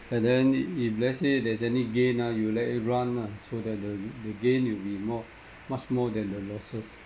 and then if let's say there's any gain ah you let it run lah so that the the gain will be more much more than the losses